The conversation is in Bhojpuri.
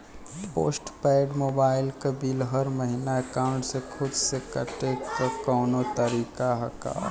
पोस्ट पेंड़ मोबाइल क बिल हर महिना एकाउंट से खुद से कटे क कौनो तरीका ह का?